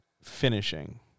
finishing